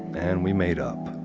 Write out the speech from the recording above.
and we made up.